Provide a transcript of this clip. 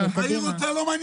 אני רוצה, לא מעניין אותי.